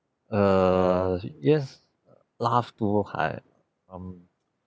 err yes laugh too hard um